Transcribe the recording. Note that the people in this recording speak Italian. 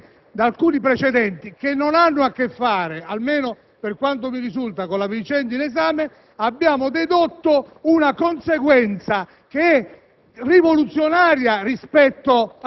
su un provvedimento e da alcuni precedenti, che non hanno a che fare, almeno per quanto mi risulta, con la vicenda in esame, abbiamo dedotto una conseguenza